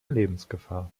lebensgefahr